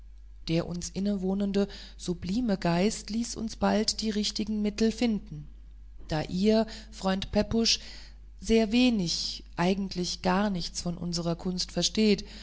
der uns inwohnende sublime geist ließ uns bald die richtigen mittel finden da ihr freund pepusch sehr wenig eigentlich gar nichts von unserer kunst verstehet